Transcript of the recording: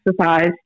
exercise